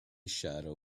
shadow